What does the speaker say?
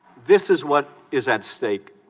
this is what is at stake